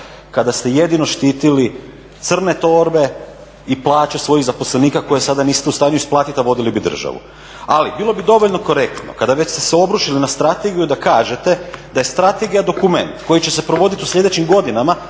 kada ste jedino štitili crne torbe i plaće svojih zaposlenika koje sada niste u stanju isplatiti a vodili bi državu. Ali bilo bi dovoljno korektno kada ste se već obrušili na strategiju da kažete da je strategija dokument koji će se provoditi u slijedećim godinama